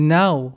now